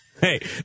Hey